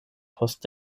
post